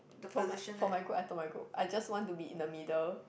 for my for my group I told my group I just want to be in the middle